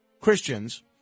Christians